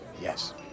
Yes